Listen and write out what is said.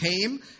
came